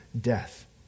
death